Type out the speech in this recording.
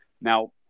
Now